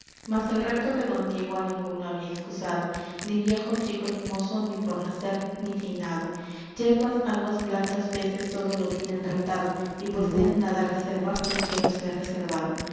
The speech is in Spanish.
mas el repto de don diego á ninguno había excusado ni viejo chico ni mozo ni por nacer ni finado hierbas aguas plantas peces todo lo tienen reptado y pues él nada reserva no quiero ser reservado